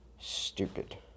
Stupid